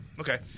Okay